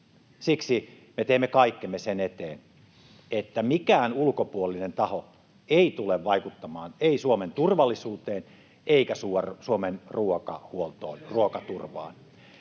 Siksi me teemme kaikkemme sen eteen, että mikään ulkopuolinen taho ei tule vaikuttamaan Suomen turvallisuuteen eikä Suomen ruokahuoltoon,